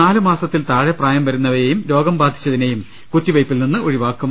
നാലു മാസത്തിൽ താഴെ പ്രായം വരുന്നവയെയും രോഗം ബാധിച്ചതിനെയും കുത്തിവെയ്പിൽ നിന്ന് ഒഴിവാക്കും